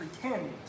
pretend